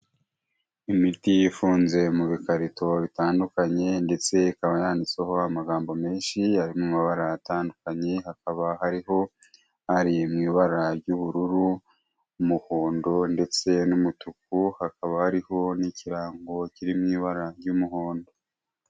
Imiti ifunze mu bikarito bitandukanye, ndetse ikaba yanditseho amagambo menshi, ari mu mabara atandukanye, hakaba hariho ari mu ibara ry'ubururu, umuhondo, ndetse n'umutuku, hakaba hariho n'ikirango kiri mu ibara ry'umuhondo.